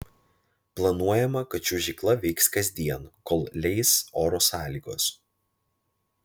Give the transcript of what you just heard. planuojama kad čiuožykla veiks kasdien kol leis oro sąlygos